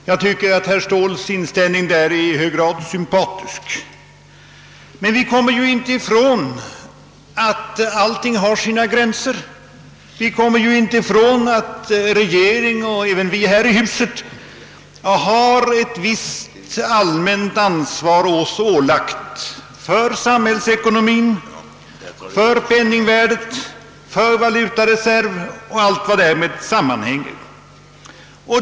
Jag finner herr Ståhls inställning därvidlag i hög grad sympatisk. Men vi kommer inte ifrån att allting har sina gränser och att regeringen och även vi här i huset har ålagts ett visst allmänt ansvar för samhällsekonomien, för penningvärdet, för valutareserven och allt vad därmed sammanhänger.